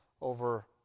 over